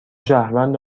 شهروند